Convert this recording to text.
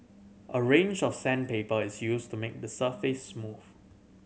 a range of sandpaper is used to make the surface smooth